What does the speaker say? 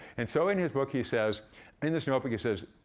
and so, in his book, he says in this notebook he says,